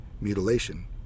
mutilation